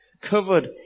covered